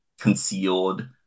concealed